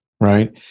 right